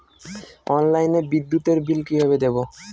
অনলাইনে বিদ্যুতের বিল কিভাবে দেব?